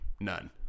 None